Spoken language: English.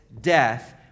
death